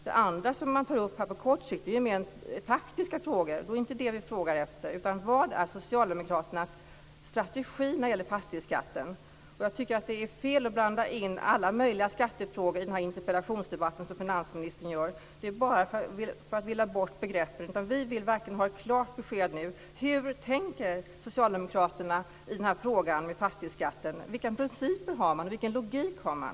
Det andra man tar upp, på kort sikt, gäller mer taktiska frågor. Det är inte det vi frågar efter, utan vi vill veta vad som är socialdemokraternas strategi när det gäller fastighetsskatten. Jag tycker att det är fel att blanda in alla möjliga skattefrågor i denna interpellationsdebatt, som finansministern gör. Det är bara för att villa bort begreppen. Vi vill verkligen ha ett klart besked nu. Hur tänker socialdemokraterna i frågan om fastighetsskatten? Vilka principer har man? Vilken logik har man?